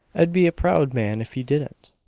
i'd be a proud man if you didn't!